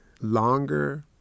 longer